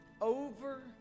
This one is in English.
over